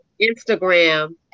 Instagram